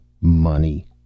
Money